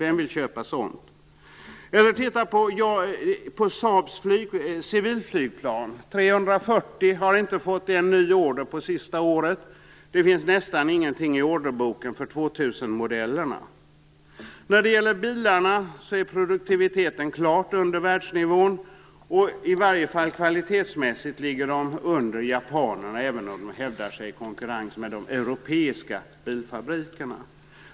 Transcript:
Vem vill köpa sådant? Se på Saab:s civilflygplan. Man har under det senaste året inte fått en enda ny order på modell 340, och det finns nästan ingenting i orderboken för 2000 När det gäller bilarna ligger produktiviteten klart under världsnivån. I varje fall kvalitetsmässigt ligger de efter japanerna, även om de hävdar sig i konkurrens med de europeiska bilfabrikaten.